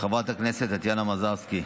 חברת הכנסת טטיאנה מזרסקי,